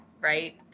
right